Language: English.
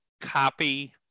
copy